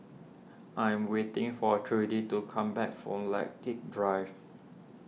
I am waiting for Trudi to come back from Lilac Drive